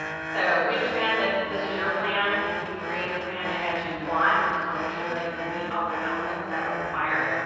so we understand this this is your plan. you create your plan as you want, we just wanna make sure that you meet all those elements that are required,